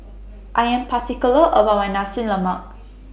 I Am particular about My Nasi Lemak